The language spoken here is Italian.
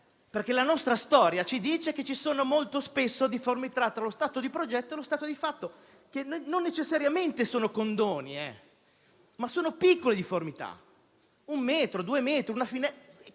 La nostra storia ci dice infatti che ci sono molto spesso difformità tra lo stato di progetto e lo stato di fatto, che non necessariamente sono condoni, ma sono piccole difformità: un metro, due metri, una finestra,